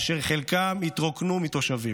אשר חלקם התרוקנו מתושבים.